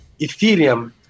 Ethereum